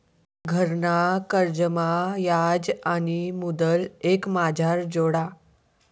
घरना कर्जमा याज आणि मुदल एकमाझार जोडा